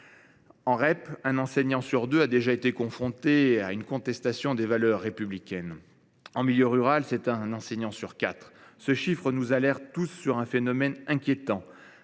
(REP), un enseignant sur deux a déjà été confronté à une contestation des valeurs républicaines. En milieu rural, c’est un sur quatre. De tels chiffres nous alertent tous sur ce phénomène inquiétant